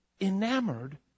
enamored